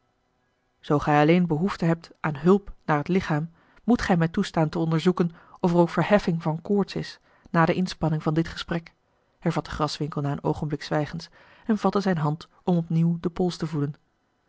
zoo gij alleen behoefte hebt aan hulp naar het lichaam a l g bosboom-toussaint de delftsche wonderdokter eel moet gij mij toestaan te onderzoeken of er ook verheffing van koorts is na de inspanning van dit gesprek hervatte graswinckel na een oogenblik zwijgens en vatte zijne hand om opnieuw den pols te voelen